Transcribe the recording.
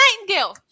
Nightingale